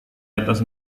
atas